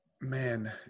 Man